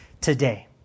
today